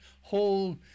whole